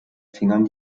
fingern